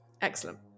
Excellent